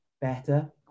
better